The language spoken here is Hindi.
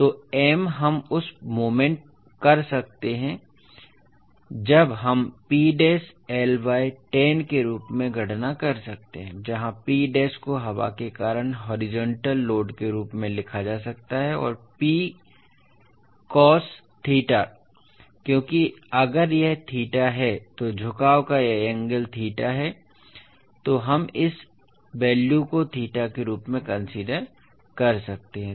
तो M हम उस मोमेंट कर सकते हैं जब हम P डैश L बाय 10 के रूप में गणना कर सकते हैं जहां P डैश को हवा के कारण हॉरिजॉन्टल लोड के रूप में लिखा जा सकता है और P कोस थीटा क्योंकि अगर यह थीटा है तो झुकाव का यह एंगल थीटा है तो हम इस वैल्यू को थीटा के रूप में कंसीडर कर सकते हैं